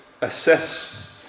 assess